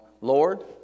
Lord